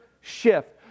shift